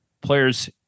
players